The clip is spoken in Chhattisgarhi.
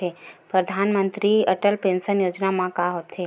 परधानमंतरी अटल पेंशन योजना मा का होथे?